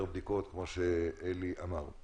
יותר בדיקות כפי שהציע חבר הכנסת אבידר.